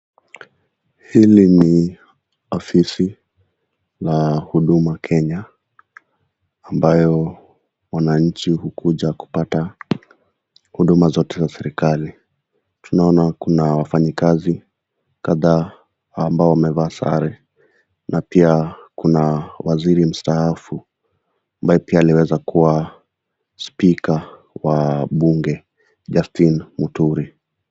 Hili ni ofisi la Huduma Kenya ambayo wananchi hukuja kupata huduma zote za serikali. Tunaona kuna wafanyikazi kadhaa ambao wamevaa sare na pia kuna waziri mstaafu ambaye pia aliweza kuwa spika wa bunge Justin Muturi.